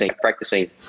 practicing